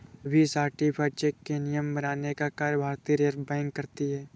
सभी certified cheque के नियम बनाने का कार्य भारतीय रिज़र्व बैंक करती है